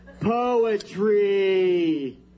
Poetry